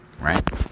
Right